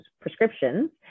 prescriptions